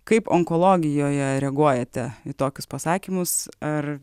kaip onkologijoje reaguojate į tokius pasakymus ar